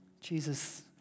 Jesus